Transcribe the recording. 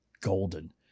golden